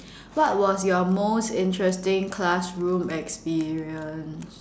what was your most interesting classroom experience